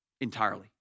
entirely